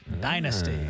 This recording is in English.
Dynasty